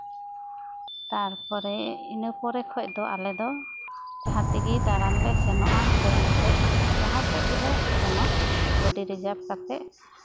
ᱛᱟᱨᱯᱚᱨᱮ ᱤᱱᱟᱹ ᱯᱚᱨᱮ ᱠᱷᱚᱱ ᱫᱚ ᱟᱞᱮ ᱫᱚ ᱡᱟᱦᱟᱸ ᱛᱮᱜᱮ ᱫᱟᱬᱟᱱ ᱞᱮ ᱥᱮᱱᱚᱜᱼᱟ ᱥᱮ ᱮᱱᱛᱮᱫ ᱡᱟᱦᱟᱸ ᱥᱮᱫ ᱜᱮᱞᱮ ᱥᱮᱱᱚᱜ ᱜᱟᱹᱰᱤ ᱨᱤᱡᱟᱵᱽ ᱠᱟᱛᱮᱫ